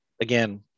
again